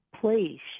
please